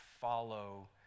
follow